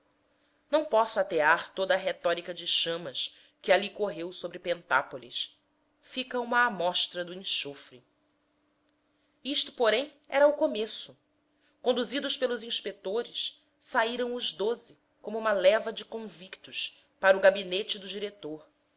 não posso atear toda a retórica de chamas que ali correu sobre pentápolis fica uma amostra do enxofre isto porém era um começo conduzidos pelos inspetores saíram os doze como uma leva de convictos para o gabinete do diretor